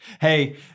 Hey